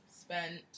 spent